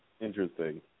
Interesting